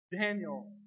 Daniel